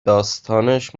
داستانش